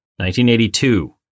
1982